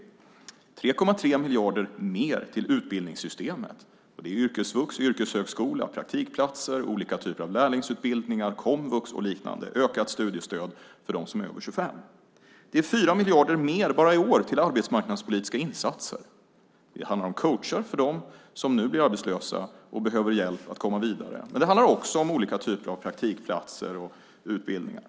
Vi har 3,3 miljarder mer till utbildningssystemet. Det gäller yrkesvux, yrkeshögskola, praktikplatser, olika typer av lärlingsutbildningar, komvux och liknande samt ökat studiestöd för dem som är över 25 år. Vi har 4 miljarder mer, bara i år, till arbetsmarknadspolitiska insatser. Det handlar om coacher för dem som nu blir arbetslösa och behöver hjälp att komma vidare. Det handlar också om olika typer av praktikplatser och utbildningar.